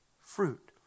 fruit